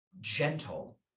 gentle